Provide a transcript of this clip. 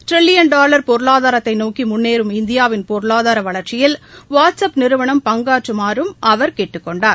trillion dollar பொருளாதாரத்தை நோக்கி முன்னேறும் இந்தியாவின் பொருளாதார வளர்ச்சியில் வாட்ஸ் அப் நிறுவனம் பங்கேற்றுமாறும் அவர் கேட்டுக் கொண்டார்